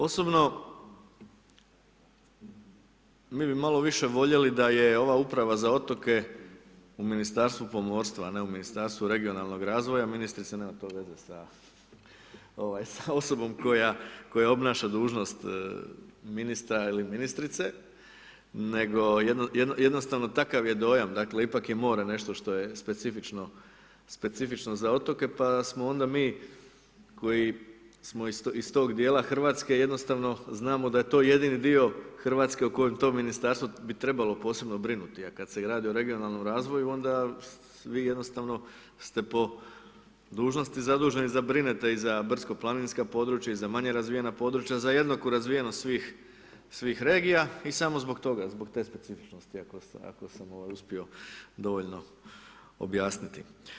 Osobno mi bi malo više voljeli da je ova Uprava za otoke u Ministarstvu pomorstva, a ne u Ministarstvu regionalnog razvoja, ministrica nema to veze sa osobom koja obnaša dužnost ministra ili ministrice, nego jednostavno takav je dojam, dakle ipak je more nešto što je specifično za otoke pa smo onda mi koji smo iz tog dijela Hrvatske jednostavno znamo da je to jedini dio Hrvatske o kojem to ministarstvo bi trebalo posebno brinuti, a kad se radi o regionalnom razvoju onda vi jednostavno ste po dužnosti zaduženi da brinete i za brdsko-planinska područja i manje razvijena područja za jednaku razvijenost svih regija i samo zbog toga, zbog te specifičnosti ako sam ovaj uspio dovoljno objasniti.